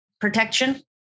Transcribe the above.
protection